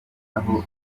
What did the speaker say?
aho